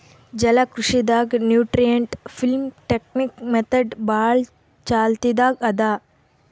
ಜಲಕೃಷಿ ದಾಗ್ nutrient film technique method ಭಾಳ್ ಚಾಲ್ತಿದಾಗ್ ಅದಾ